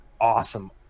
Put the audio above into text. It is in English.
awesome